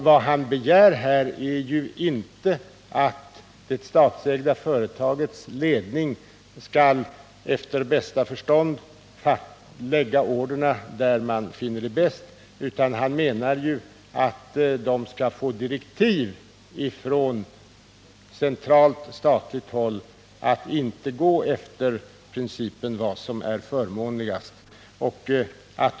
Vad han begär är att det statsägda företaget inte efter bästa förstånd skall lägga sina order där man finner det vara bäst, utan han vill att företaget skall få direktiv från centralt statligt håll att inte följa principen att lägga sina order där det är förmånligast.